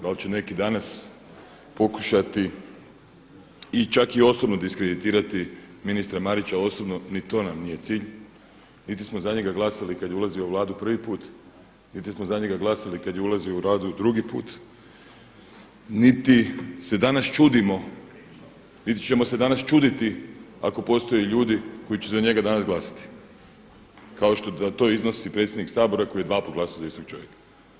Da li će neki danas pokušati, čak i osobno diskreditirati ministra Marića osobno, ni to nam nije cilj, niti smo za njega glasali kada je ulazio u Vladu prvi put, niti smo za njega glasali kada je ulazio u Vladu drugi put, niti se danas čudimo, niti ćemo se danas čuditi ako postoje ljudi koji će za njega danas glasati kao što to iznosi predsjednik Sabora koji je dva puta glasao za istog čovjeka.